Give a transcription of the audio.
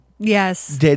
yes